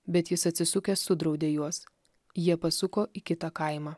bet jis atsisukęs sudraudė juos jie pasuko į kitą kaimą